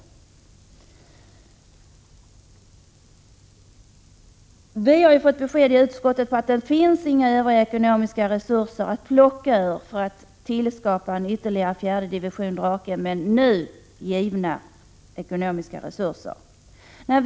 I utskottet har vi fått besked om att det inte finns några övriga ekonomiska resurser att plocka ur för att tillskapa en fjärde Drakendivision. De nu anslagna resurserna medger inte detta.